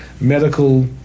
medical